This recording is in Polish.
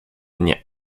nie